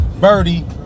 Birdie